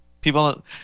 People –